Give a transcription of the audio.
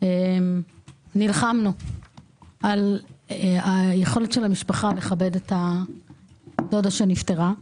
נלחמנו על היכולת של המשפחה לכבד את הדודה שנפטרה.